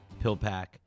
PillPack